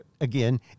again